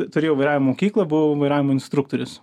turėjau vairavimo mokyklą buvau vairavimo instruktorius